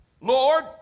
Lord